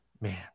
man